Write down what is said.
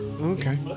Okay